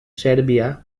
sèrbia